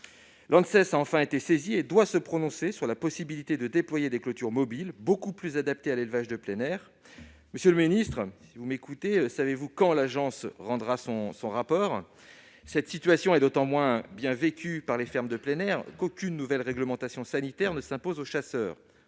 (Anses) a enfin été saisie et doit se prononcer sur la possibilité de déployer des clôtures mobiles, beaucoup plus adaptées à l'élevage de plein air. Monsieur le ministre, savez-vous quand l'Anses rendra son rapport ? Cette situation est d'autant plus mal vécue par les fermes de plein air qu'aucune nouvelle réglementation sanitaire ne s'impose aux chasseurs,